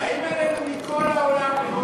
באים אלינו מכל העולם לראות את המדען הראשי.